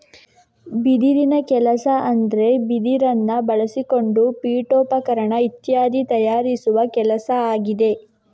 ಬಿದಿರಿನ ಕೆಲಸ ಅಂದ್ರೆ ಬಿದಿರನ್ನ ಬಳಸಿಕೊಂಡು ಪೀಠೋಪಕರಣ ಇತ್ಯಾದಿ ತಯಾರಿಸುವ ಕೆಲಸ ಆಗಿದೆ